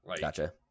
Gotcha